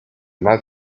mal